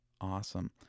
Awesome